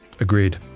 Agreed